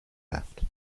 left